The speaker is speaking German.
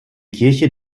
kirche